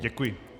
Děkuji.